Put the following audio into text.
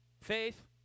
faith